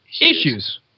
Issues